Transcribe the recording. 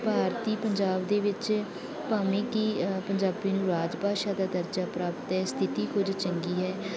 ਭਾਰਤੀ ਪੰਜਾਬ ਦੇ ਵਿੱਚ ਭਾਵੇਂ ਕਿ ਪੰਜਾਬੀ ਨੂੰ ਰਾਜ ਭਾਸ਼ਾ ਦਾ ਦਰਜਾ ਪ੍ਰਾਪਤ ਹੈ ਸਥਿਤੀ ਕੁਝ ਚੰਗੀ ਹੈ